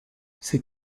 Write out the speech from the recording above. ses